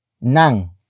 NANG